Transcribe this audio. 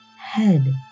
head